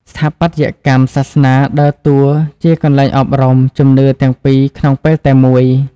ស្ថាបត្យកម្មសាសនាដើរតួជា កន្លែងអប់រំ ជំនឿទាំងពីរក្នុងពេលតែមួយ។